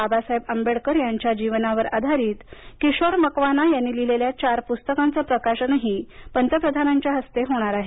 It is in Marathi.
बाबासाहेब आंबेडकर यांच्याजीवनावर आधारीत किशोर मकवाना यांनी लिहिलेल्या चार पुस्तकांचे प्रकाशनही त्यांच्या हस्ते होणार आहे